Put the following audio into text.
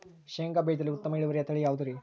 ಶೇಂಗಾ ಬೇಜದಲ್ಲಿ ಉತ್ತಮ ಇಳುವರಿಯ ತಳಿ ಯಾವುದುರಿ?